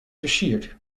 versiert